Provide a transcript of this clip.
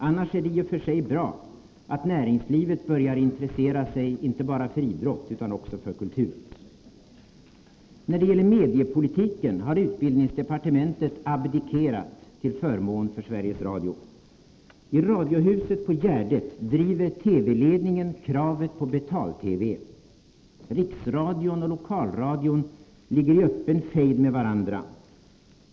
Annars är det i och för sig bra att näringslivet börjar intressera sig inte bara för idrott utan också för kultur. När det gäller mediepolitiken har utbildningsdepartementet abdikerat till förmån för Sveriges Radio. I radiohuset på Gärdet driver TV-ledningen kravet på betal-TV, riksradion och lokalradion ligger i öppen fejd med varandra.